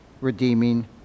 redeeming